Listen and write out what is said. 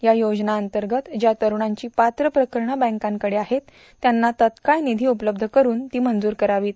या योजनांतर्गत ज्या तरूणांची पात्र प्रकरणं बँकांकडं आहेत त्यांना तत्काळ निधी उपलब्ध करून ती मंजूर करावीत